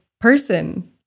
person